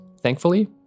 Thankfully